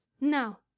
Now